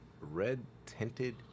red-tinted